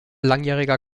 langjähriger